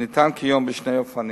הניתן כיום בשני אופנים: